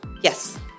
Yes